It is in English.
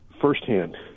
firsthand